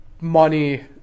money